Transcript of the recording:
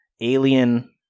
alien